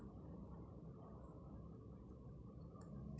फसलों के बचाव में कौनसा कीटनाशक का उपयोग किया जाता है?